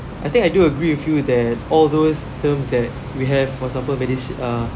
I think I do agree with you that all those terms that we have for example medi~ uh